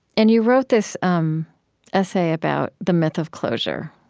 and you wrote this um essay about the myth of closure,